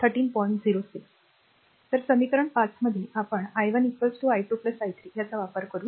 तर समीकरण ५ मध्ये आपण i1 i2 i3 याचा वापर करू